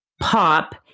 Pop